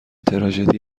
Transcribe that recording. تراژدی